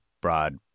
broad